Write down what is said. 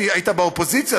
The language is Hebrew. היית באופוזיציה,